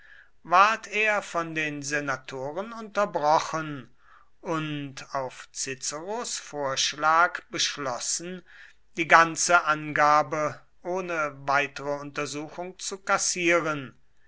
ward er von den senatoren unterbrochen und auf ciceros vorschlag beschlossen die ganze angabe ohne weitere untersuchung zu kassieren